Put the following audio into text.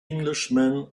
englishman